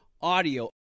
audio